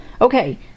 Okay